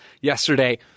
yesterday